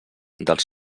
dels